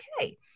okay